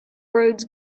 roads